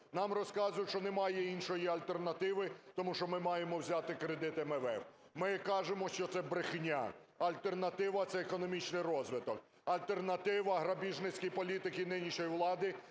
Нам розказують, що немає іншої альтернативи, тому що ми маємо взяти кредит МВФ. Ми кажемо, що це брехня. Альтернатива – це економічний розвиток. Альтернатива грабіжницькій політиці нинішньої влади